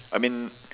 I mean